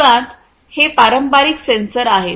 मुळात हे पारंपारिक सेन्सर आहेत